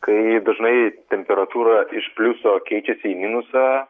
kai dažnai temperatūra iš pliuso keičiasi į minusą